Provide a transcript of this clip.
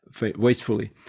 wastefully